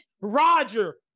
Roger